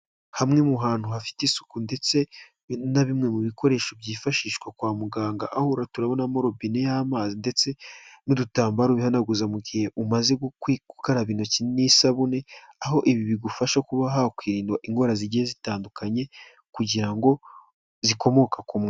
Hamwe mu hantu hafite isuku ndetse na bimwe mu bikoresho byifashishwa kwa muganga aho turabona mo robine y'amazi ndetse n'udutambaro bihanaguza mu gihe umaze gukaraba intoki n'isabune, aho ibi bigufasha kuba hakwirindwa indwara zigiye zitandukanye kugira ngo zikomoka ku mwa.